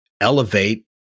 elevate